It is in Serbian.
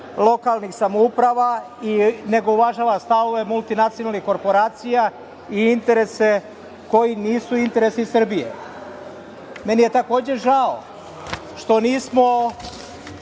lokalnih samouprava, nego uvažava stavove multinacionalnih korporacija i interese koji nisu interesi Srbije. Meni je takođe žao što nismo